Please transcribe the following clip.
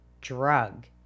drug